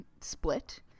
split